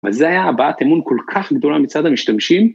אז זה היה הבעת אמון כל כך גדולה מצד המשתמשים.